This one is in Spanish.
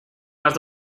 las